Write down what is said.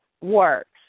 works